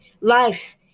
life